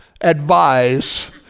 advise